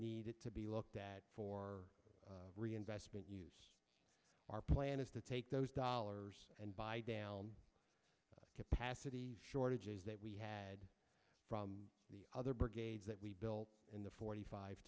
needed to be looked at for reinvestment use our plan is to take those dollars and buy down capacity shortages that we had from other brigades that we built in the forty five